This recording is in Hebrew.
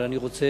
אבל אני רוצה,